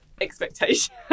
expectation